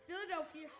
Philadelphia